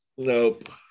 nope